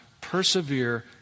persevere